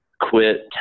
Quit